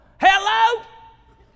Hello